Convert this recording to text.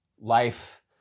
life